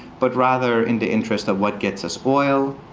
but rather in the interest of what gets us oil,